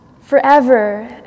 forever